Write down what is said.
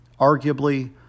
Arguably